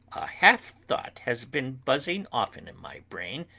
half-thought has been buzzing often in my brain,